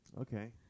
Okay